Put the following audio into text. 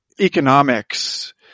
economics